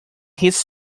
his